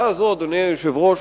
אדוני היושב-ראש,